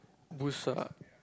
boost ah